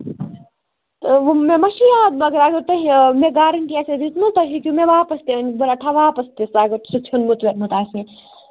مےٚ ما چھ یاد مگر اگر تۄہہِ مےٚ گارَنٛٹی آسِہا دِژمٕژ تُہۍ ہیکِہِو مےٚ واپَس تہِ أنِتھ بہٕ رَٹٕہا واپَس تہِ سُہ اگر سُہ ژھٮ۪ونمُت وٮ۪ونمُت تہِ آسِہا